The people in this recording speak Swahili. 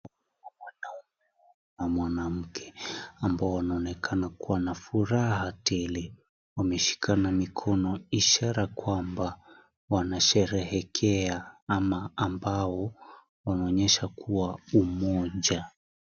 Mwanaume na mwanamke ambao wanaonekana kuwa na furaha tele. Wameshikana mikono, ishara kwamba wanasherehekea ama ambao wameonyesha kuwa umoja.